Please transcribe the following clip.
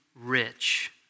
rich